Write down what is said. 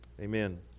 Amen